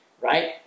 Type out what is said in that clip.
Right